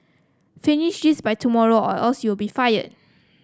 finish this by tomorrow or else you'll be fired